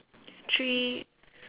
three